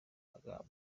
magambo